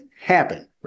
happen